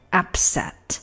upset